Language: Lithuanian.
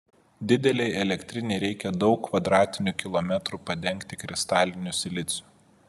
didelei elektrinei reikia daug kvadratinių kilometrų padengti kristaliniu siliciu